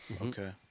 Okay